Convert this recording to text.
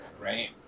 right